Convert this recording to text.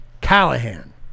Callahan